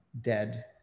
dead